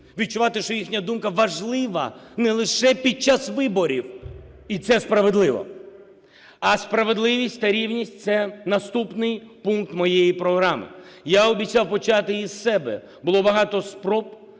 відчувати, що їхня думка важлива не лише під час виборів. І це справедливо. А справедливість та рівність – це наступний пункт моєї програми. Я обіцяв почати із себе. Було багато спроб,